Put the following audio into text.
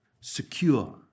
secure